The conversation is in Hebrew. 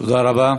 תודה רבה.